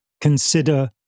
consider